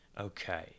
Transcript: Okay